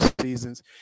seasons